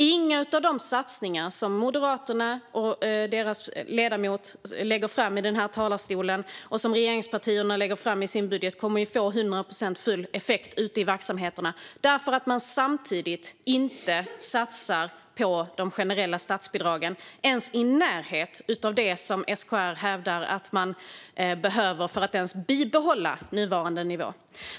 Inga av de satsningar som Moderaternas ledamot lägger fram här i talarstolen och som regeringspartierna lägger fram i sin budget kommer att få hundraprocentig, full effekt ute i verksamheterna eftersom man samtidigt inte satsar på de generella statsbidragen ens i närheten av det som SKR hävdar att man behöver för att bibehålla nuvarande nivå.